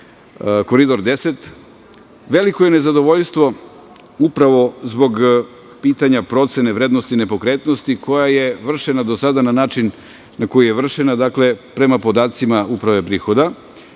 Koridor 10. Veliko je nezadovoljstvo upravo zbog pitanja procene vrednosti nepokretnosti koja je vršena do sada na način na koji je vršena. Dakle, prema podacima Uprave prihoda.